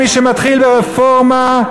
מי שמתחיל רפורמה,